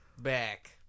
back